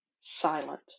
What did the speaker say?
silent